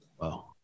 Wow